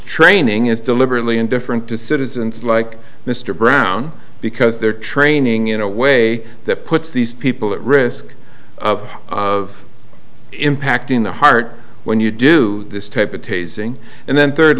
training is deliberately indifferent to citizens like mr brown because they're training in a way that puts these people at risk of impacting the heart when you do this type of tasing and then third